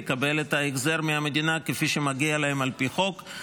לקבל את ההחזר מהמדינה כפי שמגיע להם על פי חוק.